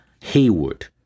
Haywood